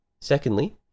Secondly